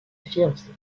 fiancée